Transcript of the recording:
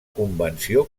convenció